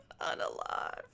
Unalive